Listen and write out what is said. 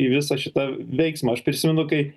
į visą šitą veiksmą aš prisimenu kai